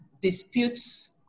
disputes